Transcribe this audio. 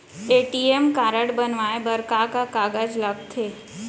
ATM card बनवाये बर का का कागज लगथे?